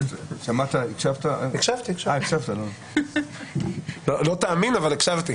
לא היינו מודעים לזה.